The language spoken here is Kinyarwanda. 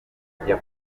avuga